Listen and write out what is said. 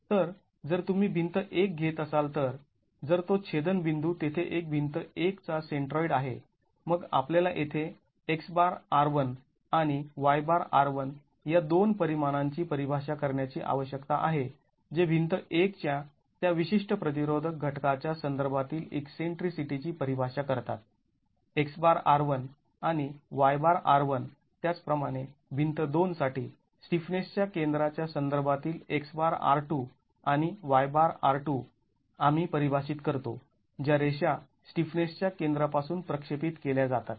तर जर तुम्ही भिंत १ घेत असाल तर जर तो छेदनबिंदू तेथे एक भिंत १ चा सेंट्रॉईड आहे मग आपल्याला येथे आणि या दोन परिमाणांची परिभाषा करण्याची आवश्यकता आहे जे भिंत १ च्या त्या विशिष्ट प्रतिरोधक घटकाच्या संदर्भातील ईकसेंट्रीसिटीची परिभाषा करतात आणि त्याचप्रमाणे भिंत २ साठी स्टिफनेसच्या केंद्राच्या संदर्भातील आणि आम्ही परिभाषित करतो ज्या रेषा स्टिफनेसच्या केंद्रापासून प्रक्षेपित केल्या जातात